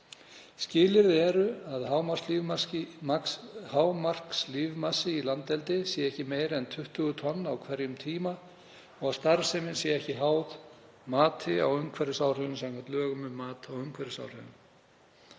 Skilyrði eru að hámarkslífmassi í landeldi sé ekki meiri en 20 tonn á hverjum tíma og að starfsemin sé ekki háð mati á umhverfisáhrifum samkvæmt lögum um mat á umhverfisáhrifum.